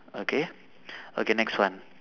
okay okay next one